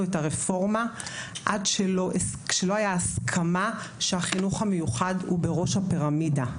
את הרפורמה עד שלא הייתה הסכמה שהחינוך המיוחד הוא בראש הפירמידה.